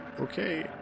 Okay